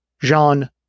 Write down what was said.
Jean